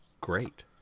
great